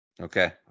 Okay